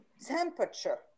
temperature